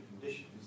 conditions